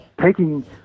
taking